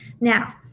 Now